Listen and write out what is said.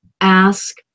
ask